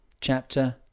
Chapter